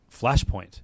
flashpoint